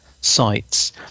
sites